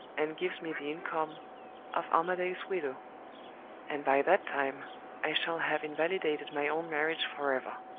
and gives me the income of armadale's widow and by that time i shall have invalidated my own marriage forever.